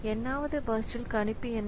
n வது பர்ஸ்ட்ல் கணிப்பு என்ன